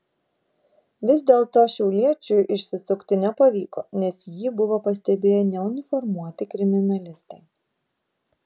vis dėlto šiauliečiui išsisukti nepavyko nes jį buvo pastebėję neuniformuoti kriminalistai